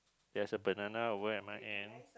there's a banana over at my end